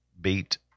beat